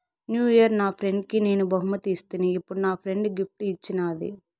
new year నా ఫ్రెండ్కి నేను బహుమతి ఇస్తిని, ఇప్పుడు నా ఫ్రెండ్ గిఫ్ట్ ఇచ్చిన్నాది